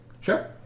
Sure